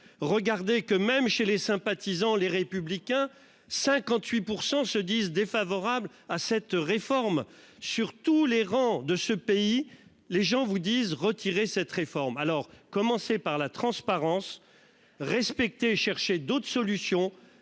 Regardez que même chez les sympathisants les républicains, 58% se disent défavorables à cette réforme, surtout les rangs de ce pays, les gens vous disent, retirer cette réforme alors commencer par la transparence. Respecter chercher d'autres solutions.